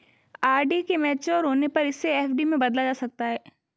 RD के mature होने पर इसे एफ.डी में बदला जा सकता है